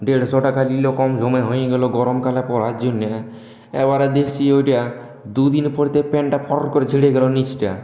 দেড়শো টাকা নিল কম দামে হয়ে গেল গরমকালে পরার জন্য এবারে দেখছি ওটা দুদিন পরতে প্যান্টটা ফড়ড় করে ছিঁড়ে গেল নীচটা